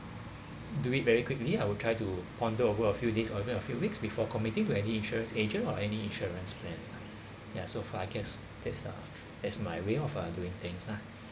do it very quickly I will try to ponder over a few days or even a few weeks before committing to any insurance agent or any insurance plans lah ya so far I guess that's uh my way of doing things lah